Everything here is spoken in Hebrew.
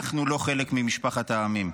אנחנו לא חלק ממשפחת העמים.